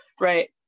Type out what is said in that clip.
right